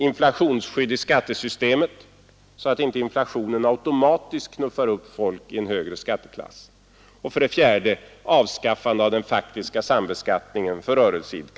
Inflationsskydd i skattesystemet så att inte inflationen automatiskt knuffar upp folk i högre skatteklass.